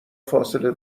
فاصله